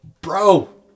bro